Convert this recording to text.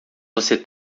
você